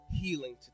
healing